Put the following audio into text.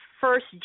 first